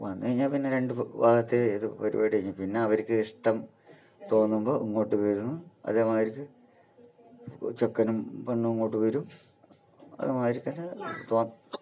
വന്നു കഴിഞ്ഞാൽ പിന്നെ രണ്ട് ഭാഗത്തെ ഏത് പരിപാടി കഴിഞ്ഞു പിന്നെ അവർക്ക് ഇഷ്ടം തോന്നുമ്പം ഇങ്ങോട്ട് വരുന്ന് അതേമാരിക്ക് ചെക്കനും പെണ്ണും ഇങ്ങോട്ട് വരും അതുമാരി തന്നെ